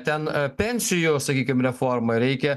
ten pensijų sakykim reformai reikia